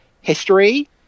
history